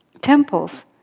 temples